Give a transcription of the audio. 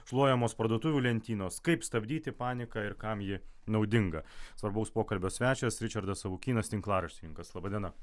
šluojamos parduotuvių lentynos kaip stabdyti paniką ir kam ji naudinga svarbaus pokalbio svečias ričardas savukynas tinklaraštininkas laba diena